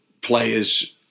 players